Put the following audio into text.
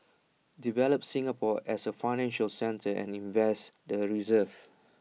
develop Singapore as A financial centre and invest the reserves